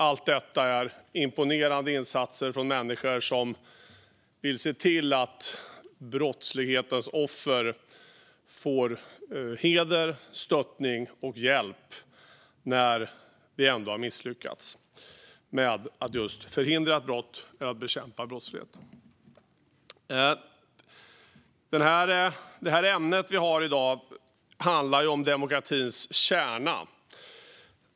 Allt detta är imponerande insatser från människor som vill se till att brottslighetens offer ändå får heder, stöttning och hjälp när vi har misslyckats med att förhindra brott och bekämpa brottsligheten. Det ämne vi har att debattera i dag handlar om demokratins kärna.